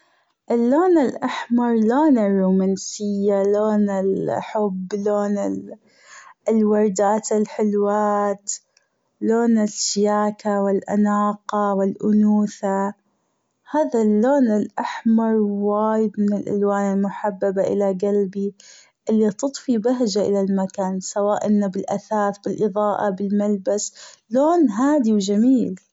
اللون الأحمر لون الرومانسية لون الحب لون الوردات الحلوات لون الشياكة والأناقة والأنوثة هذا اللون الأحمر وايد من الألوان المحببة إلى جلبي اللي تطفي بهجة إلى المكان سواء أنه بالأثاث بالأضاءة بالملبس لون هادي وجميل.